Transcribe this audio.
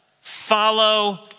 Follow